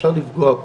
שאפשר לפגוע בו,